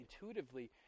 intuitively